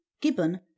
Gibbon